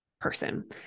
person